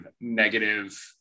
negative